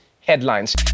headlines